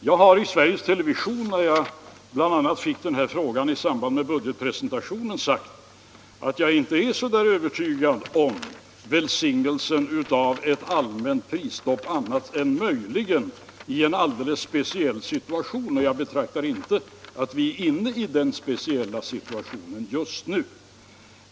Jag har i Sveriges television, där jag fick bl.a. den här frågan i samband med budgetpresentationen, sagt att jag inte är så övertygad om välsignelsen av ett allmänt prisstopp annat än möjligen i en alldeles speciell situation, och jag anser inte att vi är inne i den speciella situationen just nu.